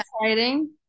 exciting